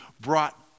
brought